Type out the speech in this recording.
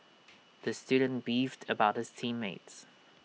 the student beefed about his team mates